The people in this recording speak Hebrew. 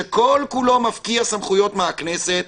שכל כולו מפקיע סמכויות מהכנסת,